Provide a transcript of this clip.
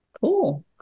Cool